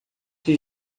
que